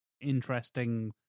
interesting